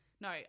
No